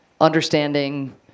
understanding